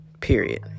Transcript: Period